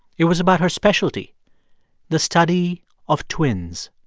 it was about her specialty the study of twins.